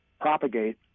propagate